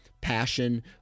passion